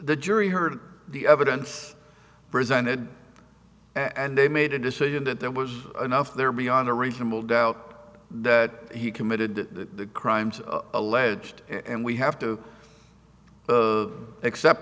the jury heard the evidence presented and they made a decision that there was enough there beyond a reasonable doubt that he committed the crimes alleged and we have to except